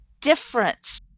difference